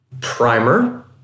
primer